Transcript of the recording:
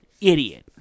Idiot